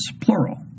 Plural